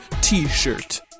t-shirt